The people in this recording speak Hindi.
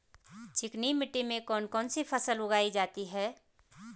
चिकनी मिट्टी में कौन कौन सी फसल उगाई जाती है?